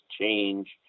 change